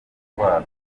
ndwara